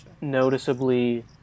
noticeably